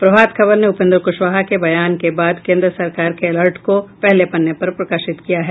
प्रभात खबर ने उपेन्द्र कुशवाहा क बयान के बाद केन्द्र सरकार के अलर्ट को पहले पन्ने पर प्रकाशित किया है